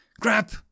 Crap